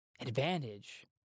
Advantage